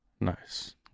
nice